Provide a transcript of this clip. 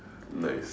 nice